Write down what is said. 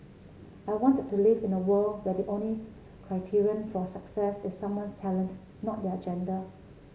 I wanted to live in a world where the only criterion for success is someone's talent not their gender